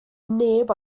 neb